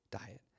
diet